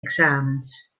examens